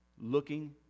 Looking